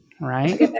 Right